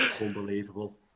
Unbelievable